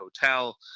hotel